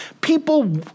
People